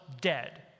dead